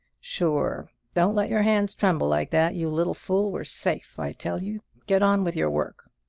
sure! don't let your hands tremble like that, you little fool! we're safe, i tell you! get on with your work.